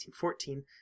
1914